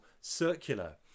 circular